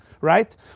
right